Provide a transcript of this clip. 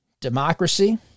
democracy